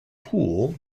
poole